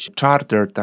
charter